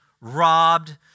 robbed